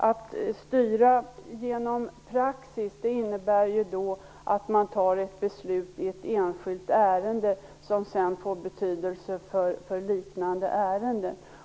Att styra genom praxis innebär att man fattar beslut i ett enskilt ärende som sedan får betydelse för liknande ärende.